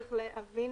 צריך להבין